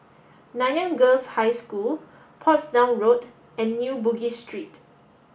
Nanyang Girls' High School Portsdown Road and New Bugis Street